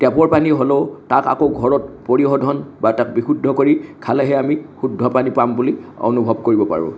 টেপৰ পানী হ'লেও তাক আকৌ ঘৰত পৰিশোধন বা তাক বিশুদ্ধ কৰি খালেহে আমি শুদ্ধ পানী পাম বুলি অনুভৱ কৰিব পাৰোঁ